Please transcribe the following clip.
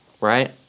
right